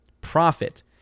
profit